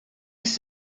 ist